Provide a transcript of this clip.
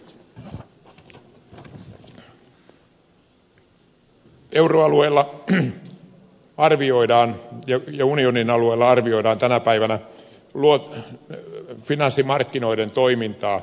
euroalueella ja unionin alueella arvioidaan tänä päivänä finanssimarkkinoiden toimintaa